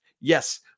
Yes